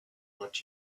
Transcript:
what